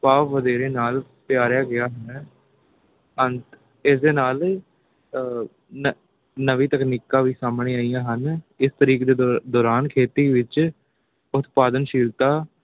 ਭਾਵ ਵਧੇਰੇ ਨਾਲ ਗਿਆ ਹੈ ਅੰਤ ਇਸ ਦੇ ਨਾਲ ਨ ਨਵੀਂ ਤਕਨੀਕਾਂ ਵੀ ਸਾਹਮਣੇ ਆਈਆਂ ਹਨ ਇਸ ਤਰੀਕੇ ਦੇ ਦੌ ਦੌਰਾਨ ਖੇਤੀ ਵਿੱਚ ਉਤਪਾਦਨਸ਼ੀਲਤਾ